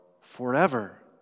forever